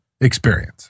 experience